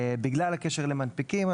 בגלל הקשר למנפיקים,